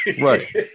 Right